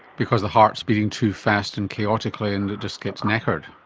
because the heart is beating too fast and chaotically and it just gets knackered.